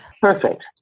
Perfect